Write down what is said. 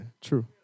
true